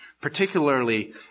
particularly